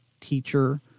teacher